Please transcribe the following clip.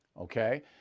Okay